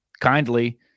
kindly